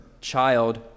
child